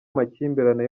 amakimbirane